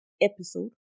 episode